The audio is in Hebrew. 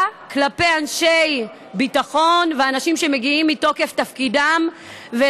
כלפי אנשי ביטחון ואנשים שמגיעים מתוקף תפקידם.